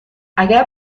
اگه